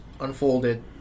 unfolded